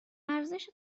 ارزش